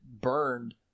burned